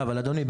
אבל אדוני,